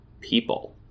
people